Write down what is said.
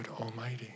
Almighty